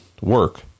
work